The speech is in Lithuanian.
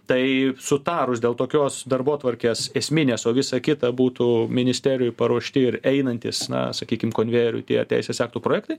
tai sutarus dėl tokios darbotvarkės esminės o visa kita būtų ministerijoj paruošti ir einantys na sakykim konvejeriu tie teisės aktų projektai